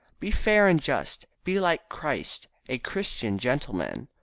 be fair and just. be like christ, a christian gentleman.